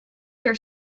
their